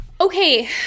Okay